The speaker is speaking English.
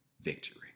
victory